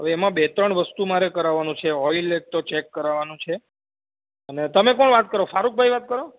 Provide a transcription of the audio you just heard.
હવે એમાં બે ત્રણ વસ્તુ મારે કરાવાનું છે ઓઈલ એક તો છે ચેક કરવાનું છે અને તમે કોણ વાત કરો ફારૂકભાઈ વાત કરો